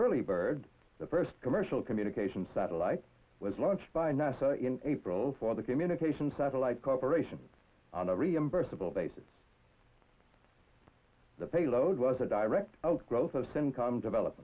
early bird the first commercial communications satellite was launched by nasa in april for the communications satellite corporation on a reimbursable basis the payload was a direct outgrowth of centcom develop